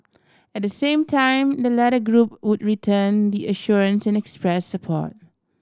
at the same time the latter group would return the assurances and express support